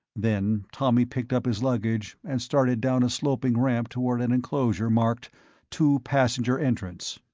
then tommy picked up his luggage and started down a sloping ramp toward an enclosure marked to passenger entrance.